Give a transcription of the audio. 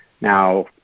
now